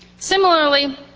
Similarly